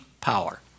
power